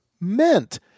meant